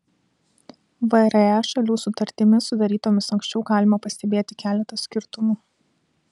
vre šalių sutartimis sudarytomis anksčiau galima pastebėti keletą skirtumų